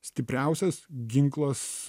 stipriausias ginklas